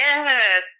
Yes